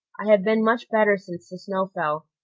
i have been much better since the snow fell.